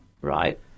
right